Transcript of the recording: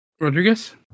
Rodriguez